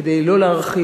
כדי לא להרחיב,